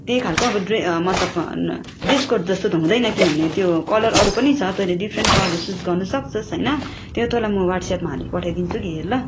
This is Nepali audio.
त्यही खालको अब ड्रे मतलब ड्रेस कोड जस्तो हुँदैन किनभने त्यो कलर अरू पनि छ तैँले डिफ्रेन्ट कलर चुज गर्नु सक्छ होइन त्यो तँलाई म व्हाट्सएप्पमा हाली पठाइदिन्छु कि हेर् ल